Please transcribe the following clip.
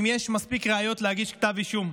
אם יש מספיק ראיות להגיש כתב אישום.